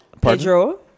Pedro